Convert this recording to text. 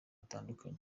hatandukanye